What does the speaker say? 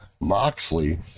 Moxley